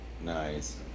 Nice